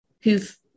who've